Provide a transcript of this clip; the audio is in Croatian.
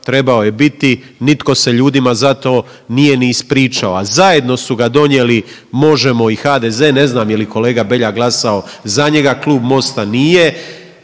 trebao je biti, nitko se ljudima za to nije ni ispričao. A zajedno su ga donijeli Možemo i HDZ, ne znam je li kolega Beljak glasao za njega, Klub MOST-a nije.